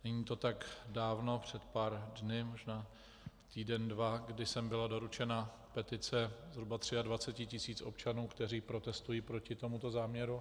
Není to tak dávno, před pár dny, možná týden, dva, kdy sem byla doručena petice zhruba 23 tisíc občanů, kteří protestují proti tomuto záměru.